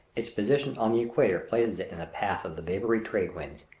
its position on the equator places it in the path of the vapory trade winds,